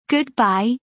Goodbye